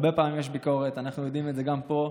הרבה פעמים יש ביקורת, אנחנו יודעים את זה גם פה.